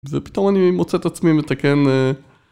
ופתאום אני מוצא את עצמי מתקן